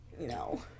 No